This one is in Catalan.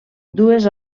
dues